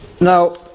Now